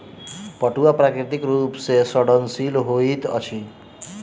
पटुआ प्राकृतिक रूप सॅ सड़नशील होइत अछि